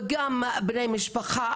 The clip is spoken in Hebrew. וגם בני משפחה,